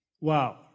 Wow